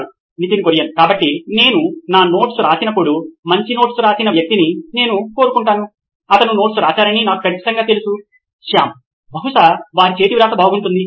Nitin Kurian COO నోయిన్ electronics కాబట్టి నేను నా నోట్స్ రాసినప్పటికీ మంచి నోట్స్ రాసిన వ్యక్తిని నేను కోరుకుంటాను అతను నోట్స్ రాశారని నాకు ఖచ్చితంగా తెలుసు శ్యామ్ బహుశా వారి చేతివ్రాత బాగా ఉంటుంది